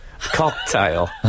Cocktail